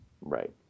Right